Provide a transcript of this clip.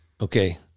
Okay